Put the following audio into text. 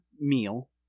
meal